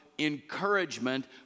encouragement